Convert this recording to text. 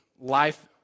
life